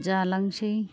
जालांसै